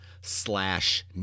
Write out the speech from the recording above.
slash